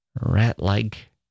rat-like